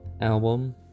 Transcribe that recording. album